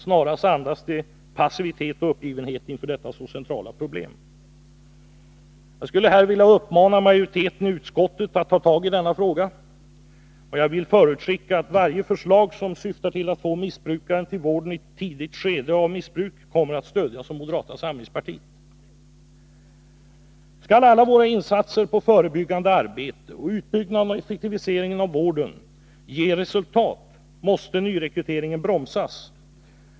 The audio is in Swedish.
Snarare andas det passivitet och uppgivenhet inför detta så centrala problem. Jag skulle här vilja uppmana majoriteten i utskottet att ta tag i denna fråga, och jag vill förutskicka att varje förslag som syftar till att få missbrukaren till vården i ett tidigt skede av missbruk kommer att stödjas av moderata samlingspartiet. Skall alla våra satsningar på förebyggande arbete och utbyggnaden och effektiviseringen av vården ge resultat, måste nyrekryteringen bromsas upp.